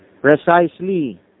Precisely